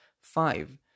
five